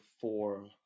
four